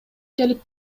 келип